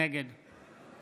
נגד